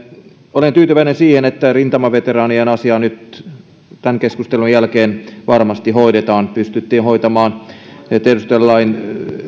olen tyytyväinen siihen että rintamaveteraanien asia nyt tämän keskustelun jälkeen varmasti hoidetaan pystyttiin hoitamaan tiedustelulain